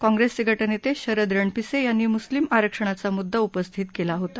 काँग्रेसचे गटनेते शरद रणपिसे यांनी मुस्लिम आरक्षणाचा मुददा उपस्थित केला होता